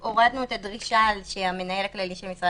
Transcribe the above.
הורדנו את הדרישה שהמנהל הכללי של משרד